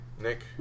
Nick